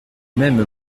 même